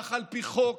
כך על פי חוק